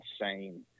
insane